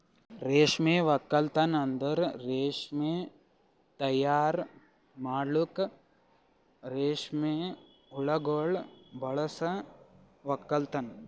ರೇಷ್ಮೆ ಒಕ್ಕಲ್ತನ್ ಅಂದುರ್ ರೇಷ್ಮೆ ತೈಯಾರ್ ಮಾಡಲುಕ್ ರೇಷ್ಮೆ ಹುಳಗೊಳ್ ಬಳಸ ಒಕ್ಕಲತನ